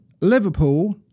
Liverpool